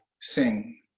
sing